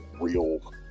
real